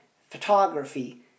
photography